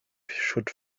should